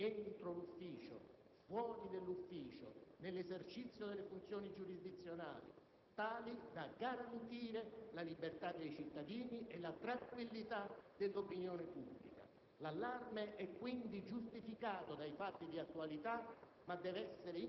sull'attività delle autorità giudiziarie, entro e fuori l'ufficio e nell'esercizio delle funzioni giurisdizionali, tali da garantire la libertà dei cittadini e la tranquillità dell'opinione pubblica.